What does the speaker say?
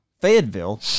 Fayetteville